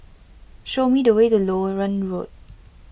show me the way to Loewen Road